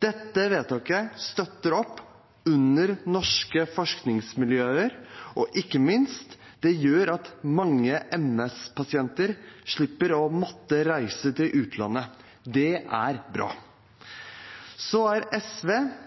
Dette vedtaket støtter opp under norske forskningsmiljøer, og ikke minst: Det gjør at mange MS-pasienter slipper å måtte reise til utlandet. Det er bra. Så er SV